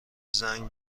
زنگ